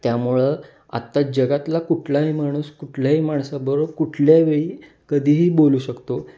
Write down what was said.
त्यामुळं आत्ता जगातला कुठलाही माणूस कुठल्याही माणसाबरो कुठल्या वेळी कधीही बोलू शकतो